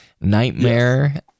Nightmare